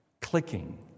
clicking